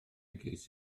ces